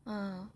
oh